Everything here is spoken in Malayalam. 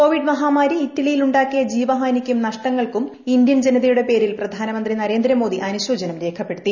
കോവിഡ് മഹാമാരി ഇറ്റലിയിൽ ഉണ്ടാക്കിയി ജീവഹാനിക്കും നഷ്ടങ്ങൾക്കും ഇന്ത്യൻ ജനതയുടെ പ്പേരിൽ പ്രധാനമന്തി നരേന്ദ്രമോദി അനുശോചനം രേഖപ്പെടൂത്തി